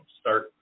start